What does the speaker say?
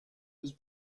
was